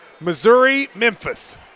Missouri-Memphis